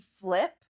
flip